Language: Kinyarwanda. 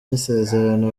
isezerano